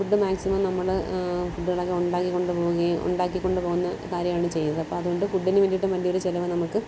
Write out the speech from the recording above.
food maximum നമ്മൾ ഫുഡുകളൊക്കെ ഉണ്ടാക്കി കൊണ്ടുപോകുകയും ഉണ്ടാക്കി കൊണ്ട് പോകുന്ന കാര്യമാണ് ചെയ്തത് അപ്പോൾ അതുകൊണ്ട് ഫുഡിന് വേണ്ടിട്ടും വലിയൊരു ചിലവ് നമുക്ക്